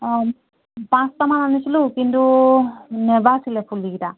অঁ পাঁচটামান আনিছিলোঁ কিন্তু নাবাছিলে পুলিকেইটা